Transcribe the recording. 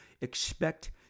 expect